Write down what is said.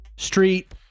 Street